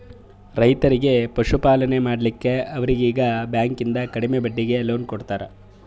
ರೈತರಿಗಿ ಪಶುಪಾಲನೆ ಮಾಡ್ಲಿಕ್ಕಿ ಅವರೀಗಿ ಬ್ಯಾಂಕಿಂದ ಕಡಿಮೆ ಬಡ್ಡೀಗಿ ಲೋನ್ ಕೊಡ್ತಾರ